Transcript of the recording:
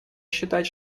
считать